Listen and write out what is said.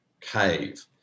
cave